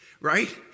right